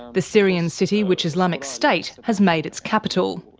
the syrian city which islamic state has made its capital.